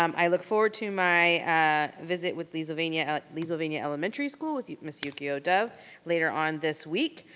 um i look forward to my visit with leesylvania leesylvania elementary school with ms. yukiko dove later on this week.